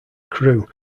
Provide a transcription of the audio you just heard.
crew